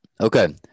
Okay